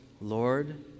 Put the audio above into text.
Lord